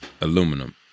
aluminum